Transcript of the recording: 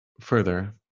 Further